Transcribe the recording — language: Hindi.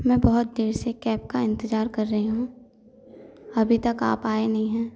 मैं बहुत देर से कैब का इंतजार कर रही हूँ अभी तक आप आए नहीं हैं